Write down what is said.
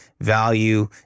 value